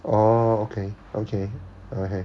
oh okay okay okay